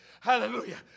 Hallelujah